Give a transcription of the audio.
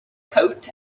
coat